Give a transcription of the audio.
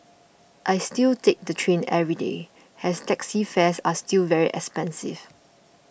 I still take the train every day as taxi fares are still very expensive